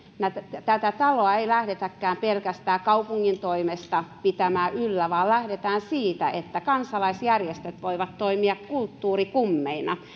tätä taloa ei lähdetäkään pelkästään kaupungin toimesta pitämään yllä vaan lähdetään siitä että kansalaisjärjestöt voivat toimia kulttuurikummeina